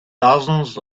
dozens